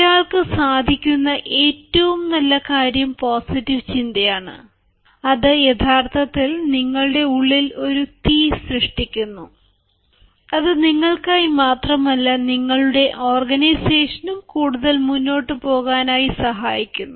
ഒരാൾക്ക് സാധിക്കുന്ന ഏറ്റവും നല്ല കാര്യം പോസിറ്റീവ് ചിന്തയാണ് അത് യഥാർത്ഥത്തിൽ നിങ്ങളുടെ ഉള്ളിൽ ഒരു തീ സൃഷ്ടിക്കുന്നു അത് നിങ്ങൾക്കായി മാത്രമല്ല നിങ്ങളുടെ ഓർഗനൈസേഷനും കൂടുതൽ മുന്നോട്ട് പോകാനായി സഹായിക്കുന്നു